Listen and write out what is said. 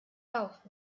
lauf